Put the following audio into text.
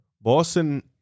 Boston